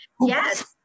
Yes